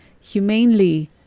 humanely